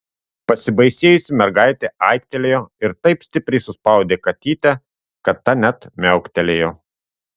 pasibaisėjusi mergaitė aiktelėjo ir taip stipriai suspaudė katytę kad ta net miauktelėjo